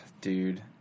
Dude